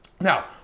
Now